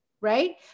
right